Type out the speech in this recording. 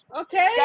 Okay